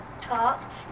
talk